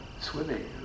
Swimming